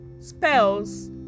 spells